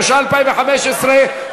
התשע"ה 2015,